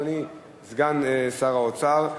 אדוני סגן שר האוצר.